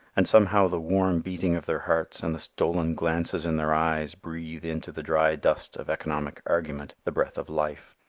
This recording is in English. and somehow the warm beating of their hearts and the stolen glances in their eyes breathe into the dry dust of economic argument the breath of life.